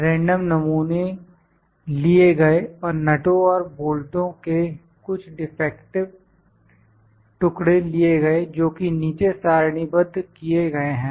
random नमूने लिए गए और नटों और बोल्टो के कुछ डिफेक्टिव टुकड़े लिए गए जोकि नीचे सारणीबद्ध किए गए हैं